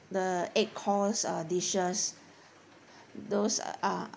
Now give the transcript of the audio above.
the eight course uh dishes those ah